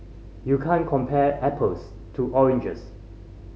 you can't compare apples to oranges